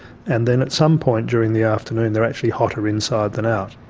and then at some point during the afternoon they're actually hotter inside than out.